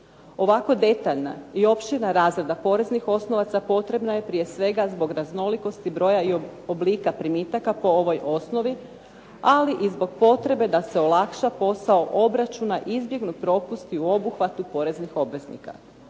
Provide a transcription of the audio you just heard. Ovako detaljna i opširna razrada poreznih osnovica potrebna je prije svega zbog raznolikosti broja i oblika primitaka po ovoj osnovi, ali i zbog potrebe da se olakša posao obračuna i izbjegnu propusti u obuhvatu poreznih obveznika.